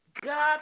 God